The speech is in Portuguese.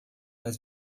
nós